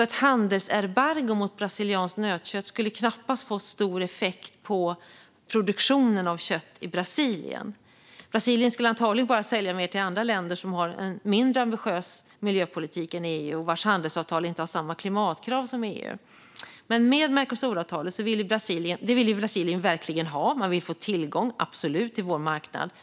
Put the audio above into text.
Ett handelsembargo mot brasilianskt nötkött skulle alltså knappast få stor effekt på produktionen av kött i Brasilien. Brasilien skulle antagligen bara sälja mer till andra länder som har en mindre ambitiös miljöpolitik än EU och vars handelsavtal inte har samma klimatkrav som EU:s. Brasilien vill verkligen ha Mercosuravtalet och vill absolut få tillgång till vår marknad.